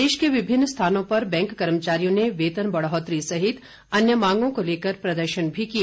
प्रदेश के विभिन्न स्थानों पर बैंक कर्मचारियों ने वेतन बढ़ोतरी सहित अन्य मांगों को लेकर प्रदर्शन भी किए